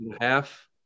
half